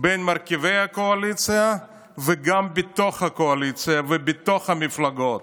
בין מרכיבי הקואליציה וגם בתוך הקואליציה ובתוך המפלגות.